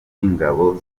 by’ingabo